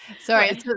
Sorry